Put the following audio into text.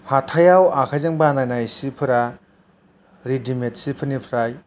हाथायाव आखायजों बानायनाय सिफोरा रेडिमेद सिफोरनिफ्राय